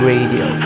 Radio